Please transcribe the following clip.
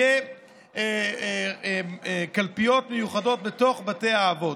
יהיו קלפיות מיוחדות בתוך בתי האבות.